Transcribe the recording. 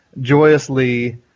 joyously